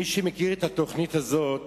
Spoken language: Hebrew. מי שמכיר את התוכנית הזאת